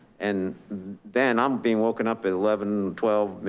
and then i'm being woken up at eleven, twelve,